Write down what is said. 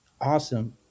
awesome